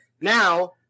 Now